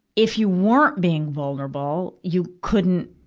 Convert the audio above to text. if you weren't being vulnerable, you couldn't,